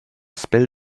spell